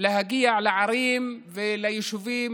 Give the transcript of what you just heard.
להגיע לערים וליישובים,